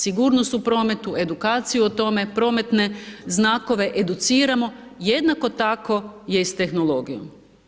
Sigurnost u prometu, edukacija o tome, prometne znakove, educiramo, jednako tako je i sa tehnologijom.